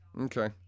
Okay